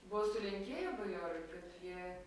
buvo sulenkėję bajorai kad jie